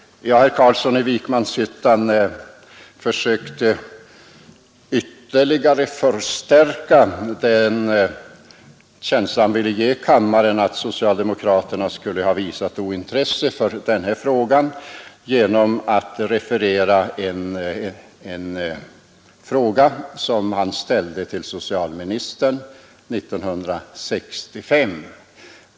Herr Carlsson i Vikmanshyttan försökte ytterligare förstärka den känsla han ville ge kammaren av att socialdemokraterna hade visat ointresse för detta problem genom att referera en fråga som han ställde till socialministern 1965.